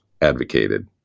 advocated